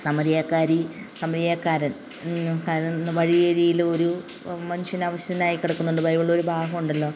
സമരിയാക്കാരി സമരിയാക്കാരൻ തളർന്ന് വഴിയരികിലൊരു മനുഷ്യൻ അവശനായി കിടക്കുന്നുണ്ട് ബൈബിളിലൊരു ഭാഗമുണ്ടല്ലോ